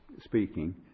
speaking